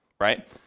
right